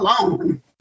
alone